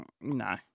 No